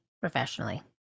professionally